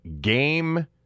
game